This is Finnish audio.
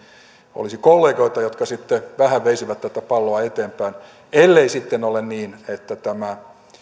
olisi kollegoita jotka vähän veisivät tätä palloa eteenpäin ellei sitten ole niin että tämä